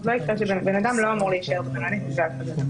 אז בן אדם לא אמור להישאר במלונית בגלל דבר כזה.